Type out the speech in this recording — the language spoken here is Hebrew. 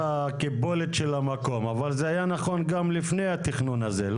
הקיבולת של המקום אבל זה היה נכון גם לפני התכנון הזה,